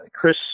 Chris